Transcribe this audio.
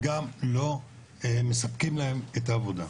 שגם לא מספקים להם את העבודה.